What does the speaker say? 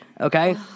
Okay